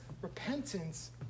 repentance